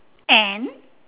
an